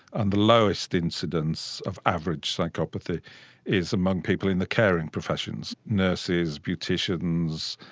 and the lowest incidence of average psychopathy is among people in the caring professions nurses, beauticians,